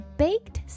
baked